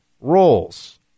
roles